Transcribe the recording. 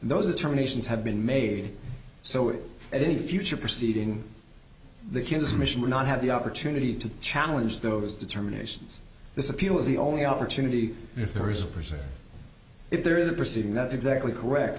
the terminations have been made so it and any future proceeding the kids mission will not have the opportunity to challenge those determinations this appeal is the only opportunity if there is a person if there is a proceeding that's exactly correct